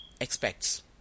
expects